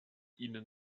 ihnen